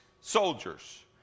soldiers